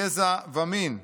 גזע ומין,